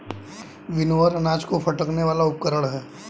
winnower अनाज को फटकने वाला उपकरण है